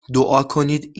دعاکنید